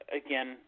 again